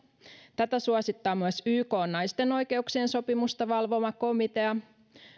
tätä suosittaa myös ykn naisten oikeuksien sopimusta valvova komitea